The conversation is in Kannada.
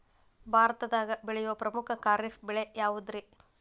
ಭಾರತದಾಗ ಬೆಳೆಯೋ ಪ್ರಮುಖ ಖಾರಿಫ್ ಬೆಳೆ ಯಾವುದ್ರೇ?